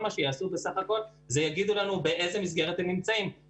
שייתן למשק להמשיך ולהתגלגל וייתן לנו כהורים מספיק אוויר כדי לחזור לשוק